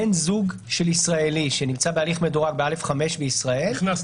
בן זוג של ישראלי שנמצא בהליך מדורג א5 בישראל -- נכנס,